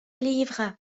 livres